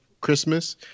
Christmas